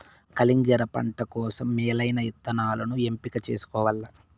కలింగర పంట కోసం మేలైన ఇత్తనాలను ఎంపిక చేసుకోవల్ల